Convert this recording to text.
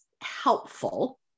Helpful